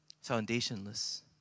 foundationless